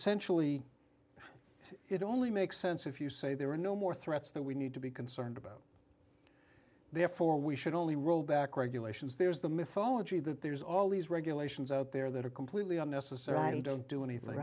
essentially it only makes sense if you say there are no more threats that we need to be concerned about therefore we should only roll back regulations there's the mythology that there's all these regulations out there that are completely unnecessary don't do anything